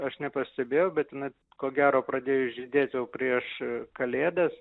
aš nepastebėjau bet jinai ko gero pradėjus žydėt jau prieš kalėdas